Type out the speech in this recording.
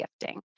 gifting